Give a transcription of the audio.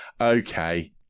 Okay